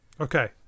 okay